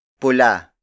pula